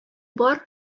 бар